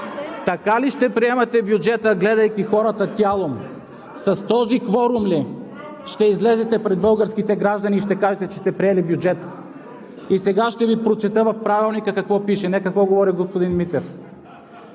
Така ли ще приемате бюджета, гледайки хората тялом, с този кворум ли ще излезете пред българските граждани и ще кажете, че сте приели бюджета?! И сега ще Ви прочета какво пише в Правилника – не какво говори господин Митев.